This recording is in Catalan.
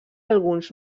alguns